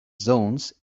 zones